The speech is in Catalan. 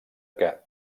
que